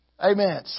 Amen